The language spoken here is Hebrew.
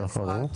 מאיפה את?